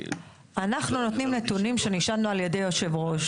אנחנו נותנים נתונים כפי שנשאלנו על ידי היושב ראש.